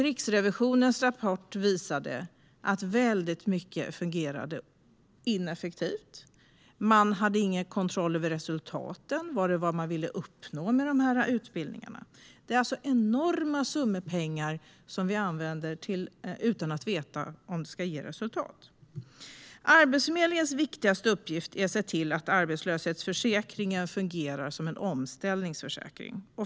Riksrevisionens rapport visade att väldigt mycket fungerade ineffektivt. Man hade ingen kontroll över resultaten - vad man ville uppnå med utbildningarna. Det är alltså enorma summor pengar som vi använder utan att veta om det kommer att ge resultat. Arbetsförmedlingens viktigaste uppgift är att se till att arbetslöshetsförsäkringen fungerar som en omställningsförsäkring.